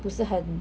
不是很